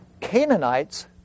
Canaanites